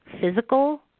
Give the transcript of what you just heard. physical